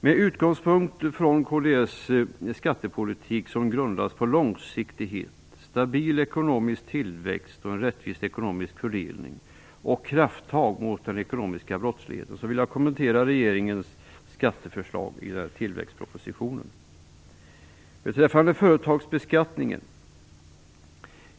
Med utgångspunkt i kds skattepolitik, som grundas på långsiktighet, stabil ekonomisk tillväxt, en rättvis ekonomisk fördelning och krafttag mot den ekonomiska brottsligheten, vill jag kommentera regeringens skatteförslag i tillväxtpropositionen. Låt mig börja med företagsbeskattningen.